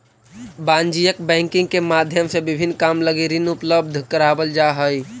वाणिज्यिक बैंकिंग के माध्यम से विभिन्न काम लगी ऋण उपलब्ध करावल जा हइ